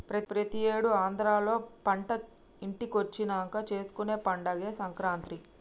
ప్రతి ఏడు ఆంధ్రాలో పంట ఇంటికొచ్చినంక చేసుకునే పండగే సంక్రాంతి